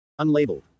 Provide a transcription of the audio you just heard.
Unlabeled